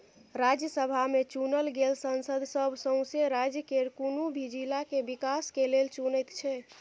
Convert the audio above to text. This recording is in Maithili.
राज्यसभा में चुनल गेल सांसद सब सौसें राज्य केर कुनु भी जिला के विकास के लेल चुनैत छै